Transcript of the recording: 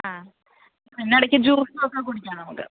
ആ പിന്നെ ഇടയ്ക്ക് ജൂസുവൊക്കെ കുടിക്കാമല്ലൊ നമുക്ക്